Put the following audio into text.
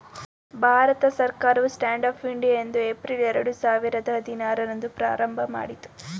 ಭಾರತ ಸರ್ಕಾರವು stand up India ಐದು April ಎರಡು ಸಾವಿರದ ಹದಿನಾರು ರಂದು ಪ್ರಾರಂಭಮಾಡಿತು